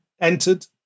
entered